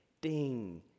ding